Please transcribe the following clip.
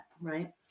right